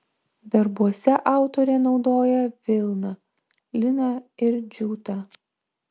darbuose autorė naudoja vilną liną ir džiutą